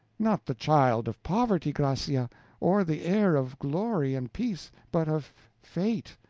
not the child of poverty, gracia, or the heir of glory and peace, but of fate.